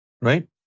Right